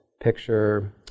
picture